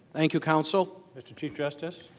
thank you counsel. mr. chief justice.